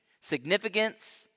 significance